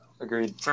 agreed